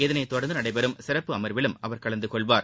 இதை தொடர்ந்து நடைபெறும் சிறப்பு அமர்விலும் அவர் கலந்து கொள்வார்